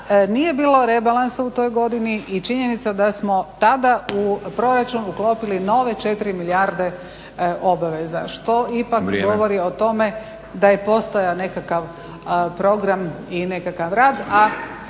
nije bilo rebalansa u toj godini i činjenica da smo tada u proračun uklopili nove 4 milijarde obaveza, što ipak govori o tome da je postojao nekakav program i nekakav rad.